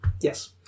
Yes